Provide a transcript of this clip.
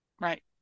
Right